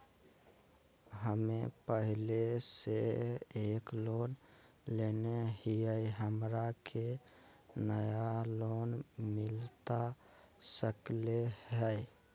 हमे पहले से एक लोन लेले हियई, हमरा के नया लोन मिलता सकले हई?